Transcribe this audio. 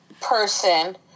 person